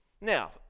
Now